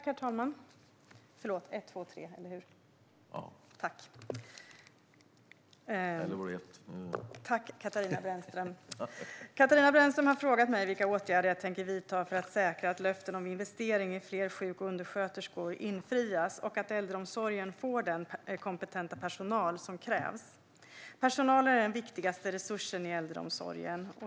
Herr talman! Katarina Brännström har frågat mig vilka åtgärder jag tänker vidta för att säkra att löften om investering i fler sjuk och undersköterskor infrias och att äldreomsorgen får den kompetenta personal som krävs. Personalen är den viktigaste resursen i äldreomsorgen.